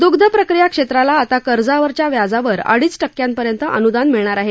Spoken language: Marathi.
िग्ध प्रक्रिया क्षेत्राला आता कर्जावरच्या व्याजावर अडीच टक्क्यांपर्यंत अनुशान मिळणार आहे